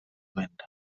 wind